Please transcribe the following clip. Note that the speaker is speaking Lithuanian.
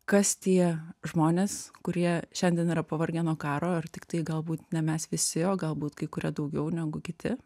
kas tie žmonės kurie šiandien yra pavargę nuo karo ir tiktai galbūt ne mes visi o galbūt kai kurie daugiau negu kiti